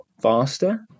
faster